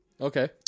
Okay